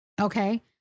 Okay